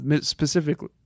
specifically